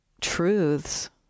truths